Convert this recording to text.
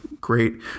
Great